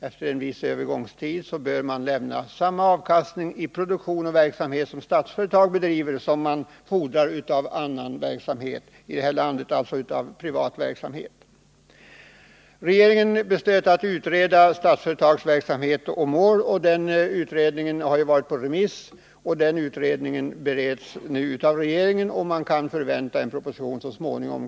Efter en viss övergångstid bör Statsföretag lämna samma avkastning i fråga om produktion och verksamhet som kan fordras av annan verksamhet i detta land, alltså av privat verksamhet. Regeringen beslöt utreda Statsföretags verksamhet och mål. Utredningen har varit på remiss och bereds nu av regeringen. Man kan vänta en proposition så småningom.